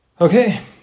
Okay